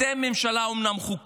אתם אומנם ממשלה חוקית,